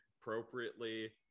appropriately